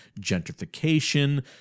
gentrification